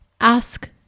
Ask